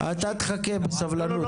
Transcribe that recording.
אתה תחכה בסבלנות.